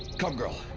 come, girl!